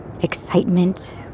excitement